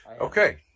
Okay